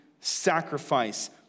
sacrifice